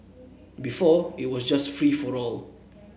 before it was just free for all